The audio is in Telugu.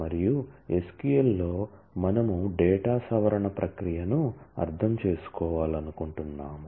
మరియు SQL లో మనము డేటా సవరణ ప్రక్రియను అర్థం చేసుకోవాలనుకుంటున్నాము